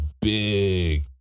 big